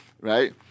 Right